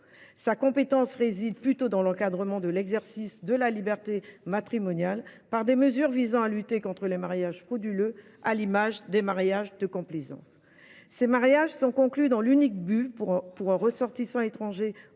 Sa compétence réside plutôt dans l’encadrement de l’exercice de la liberté matrimoniale par des mesures visant à lutter contre les mariages frauduleux, à l’image des mariages de complaisance. Ces mariages sont conclus dans l’unique but, pour un ressortissant étranger